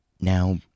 Now